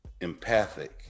empathic